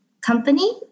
company